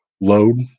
load